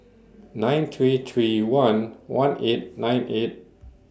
nine three three one one eight nine eight